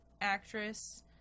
actress